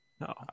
No